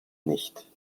nicht